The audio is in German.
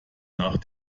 nach